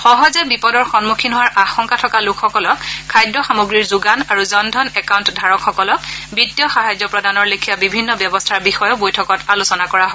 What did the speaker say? সহজে বিপদৰ সন্মুখীন হোৱাৰ আশংকা থকা লোকসকলক খাদ্য সামগ্ৰীৰ যোগান আৰু জনধন একাউণ্ট ধাৰকসকলক বিত্তীয় সাহায্য প্ৰদানৰ লেখিয়া বিভিন্ন ব্যৱস্থাৰ বিষয়েও বৈঠকত আলোচনা কৰা হয়